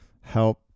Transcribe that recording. help